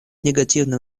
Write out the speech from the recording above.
негативным